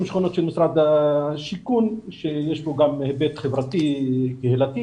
שכונות של משרד השיכון שיש בו גם היבט חברתי קהילתי